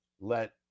let